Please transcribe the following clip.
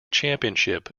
championship